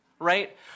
right